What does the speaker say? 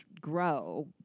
grow